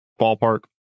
ballpark